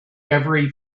every